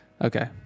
Okay